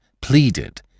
pleaded